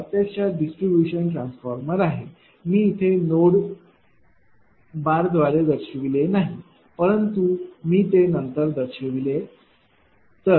हा प्रत्यक्षात distribution transformer आहे मी इथे नोड बारद्वारे दर्शविले नाही परंतु मी ते नंतर दर्शवेल